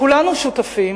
כולנו שותפים